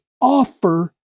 offer